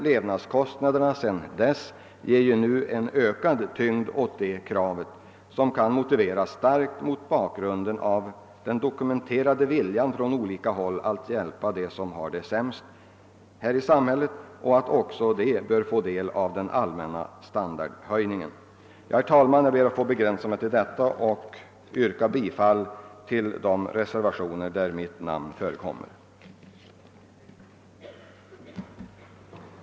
Levnadskostnadsökningen sedan dess ger ökad tyngd åt detta krav, som starkt kan motiveras mot bakgrund av den från olika håll dokumenterade viljan att hjälpa dem som har det sämst här i samhället och låta också dem få del av den allmänna standardhöjningen. Herr talman! Jag begränsar mig till detta och ber att få yrka bifall till de reservationer där mitt namn förekommer, d. v. s. reservationerna 1 a, 3, 4, 6, 7, 8, 12, 13, 15 a, 17 och 18.